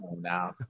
now